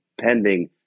pending